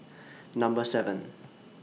Number seven